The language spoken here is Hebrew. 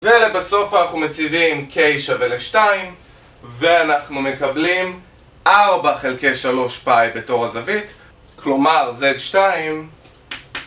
ולבסוף אנחנו מציבים k שווה ל-2 ואנחנו מקבלים 4 חלקי 3 פאי בתור הזווית כלומר z2